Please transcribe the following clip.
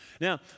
Now